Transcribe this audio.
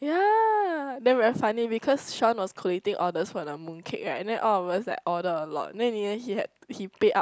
ya then very funny because Shawn was collating on the spot the mooncake [right] then all of us like order a lot then in the end he had he pay up